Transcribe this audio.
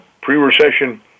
pre-recession